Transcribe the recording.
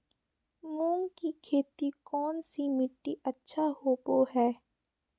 मूंग की खेती कौन सी मिट्टी अच्छा होबो हाय?